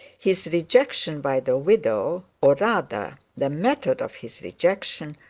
his rejection by the widow, or rather the method of his rejection,